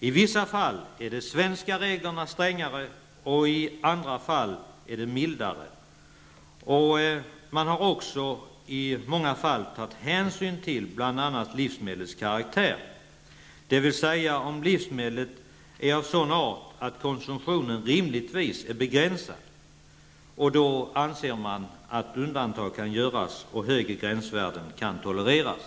I vissa fall är de svenska reglerna strängare och i andra fall är de mildare. Man har också i många fall tagit hänsyn till bl.a. livsmedlets karaktär, dvs. om livsmedlet är av sådan art att konsumtionen rimligtvis är begränsad. Då anser man att undantag kan göras och högre gränsvärden kan tolereras.